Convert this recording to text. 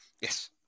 Yes